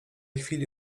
chwili